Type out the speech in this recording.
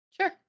sure